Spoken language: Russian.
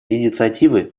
инициативы